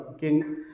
King